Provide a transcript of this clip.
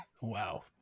Wow